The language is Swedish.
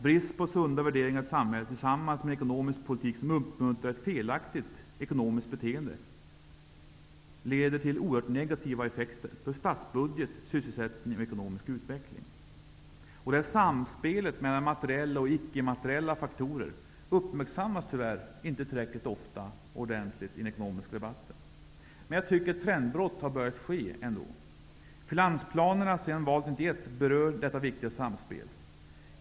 Brist på sunda värderingar i ett samhälle tillsammans med en ekonomisk politik som uppmuntrar ett felaktigt ekonomiskt beteende leder däremot till oerhört negativa effekter för statsbudget, sysselsättning och ekonomisk utveckling. Detta samspel mellan materiella och ickemateriella faktorer uppmärksammas tyvärr inte tillräckligt ofta i den ekonomiska debatten. Jag tycker dock att ett trendbrott har skett. Finansplanerna sedan valet 1991 berör detta viktiga samspel.